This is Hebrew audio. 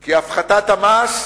כי הפחתת המס,